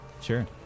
Sure